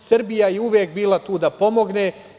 Srbija je uvek bila tu da pomogne.